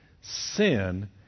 Sin